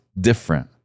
different